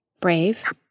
Brave